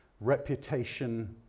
reputation